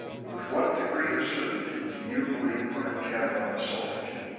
with what degree of certainty do you believe brett kavanaugh assaulted you?